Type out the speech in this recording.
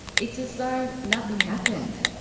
it's as though nothing happened.